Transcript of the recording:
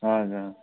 हजुर